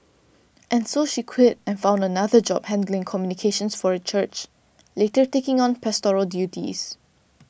and so she quit and found another job handling communications for a church later taking on pastoral duties